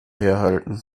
herhalten